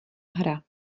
hra